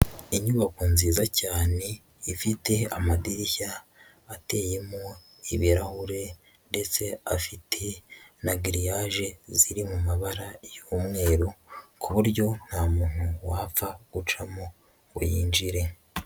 Inyubako nziza cyane, ifite amadirishya ateyemo ibirahure, ndetse afite na giriyaje ziri mu mabara y'umweru, ku buryo nta muntu wapfa gucamo, ngo yinjire.